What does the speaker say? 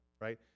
right